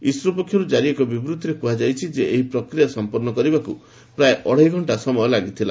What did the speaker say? ISRO ପକ୍ଷରୁ ଜାରି ଏକ ବିବୂଭିରେ କୁହାଯାଇଛି ଯେ ଏହି ପ୍ରକ୍ରିୟା ସମ୍ପନ୍ନ କରିବାକୁ ପ୍ରାୟ ଅଢେଇ ଘକ୍ଷା ସମୟ ଲାଗିଥିଲା